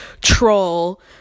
troll